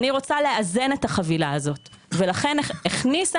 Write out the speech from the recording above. אני רוצה לאזן את החבילה הזאת ולכן הכניסה